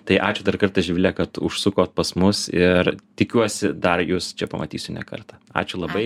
tai ačiū dar kartą živile kad užsukot pas mus ir tikiuosi dar jus čia pamatysiu ne kartą ačiū labai